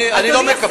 אני לא מקבל.